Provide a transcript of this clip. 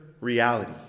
reality